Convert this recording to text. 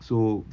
so